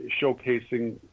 showcasing